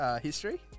history